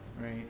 right